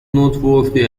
noteworthy